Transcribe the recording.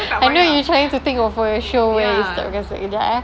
I know you trying to think of for a show where